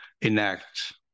enact